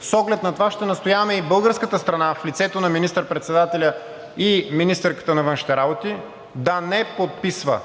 С оглед на това ще настояваме и българската страна, в лицето на министър-председателя и министърката на външните работи, да не подписва